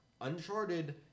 Uncharted